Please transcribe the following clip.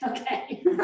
Okay